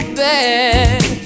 bad